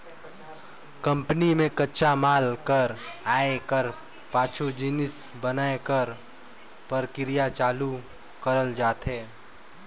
company में कच्चा माल कर आए कर पाछू जिनिस बनाए कर परकिरिया चालू करल जाथे